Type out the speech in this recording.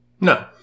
No